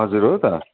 हजुर हो त